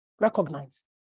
Recognize